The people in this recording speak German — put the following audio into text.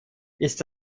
ist